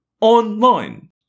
online